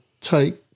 take